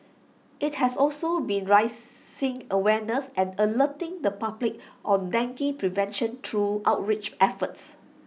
IT has also been raising awareness and alerting the public on dengue prevention through outreach efforts